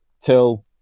Till